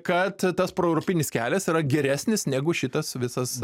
kad tas proeuropinis kelias yra geresnis negu šitas visas